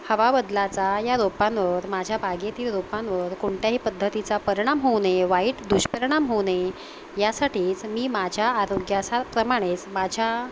हवा बदलाचा या रोपांवर माझ्या बागेतील रोपांवर कोणत्याही पद्धतीचा परिणाम होऊ नये वाईट दुष्परिणाम होऊ नये यासाठीच मी माझ्या आरोग्या प्रमाणेच माझ्या